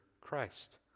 Christ